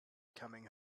coming